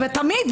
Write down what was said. תמיד,